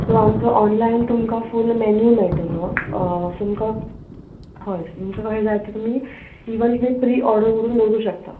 so आमचो online तुमकां full menu मेळटलो तुमका हय तुमका कशें जाय तें तुमी इवन प्री ओर्डर करून दवरू शकता